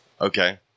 Okay